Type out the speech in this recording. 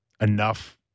enough